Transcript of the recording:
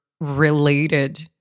related